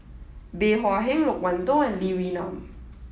Bey Hua Heng Loke Wan Tho and Lee Wee Nam